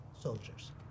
soldiers